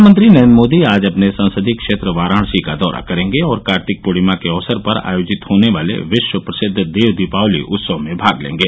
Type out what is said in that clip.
प्रधानमंत्री नरेन्द्र मोदी आज अपने संसदीय क्षेत्र वाराणसी का दौरा करेंगे और कार्तिक पूर्णिमा के अवसर पर आयोजित होने वाले विश्व प्रसिद्व देव दीपावली उत्सव में भाग लेंगे